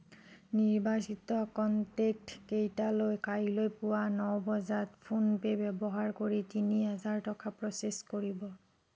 নিৰ্বাচিত কনটেক্টকেইটালৈ কাইলৈ পুৱা ন বজাত ফোনপে' ব্যৱহাৰ কৰি তিনি হাজাৰ টকা প্ৰচেছ কৰিব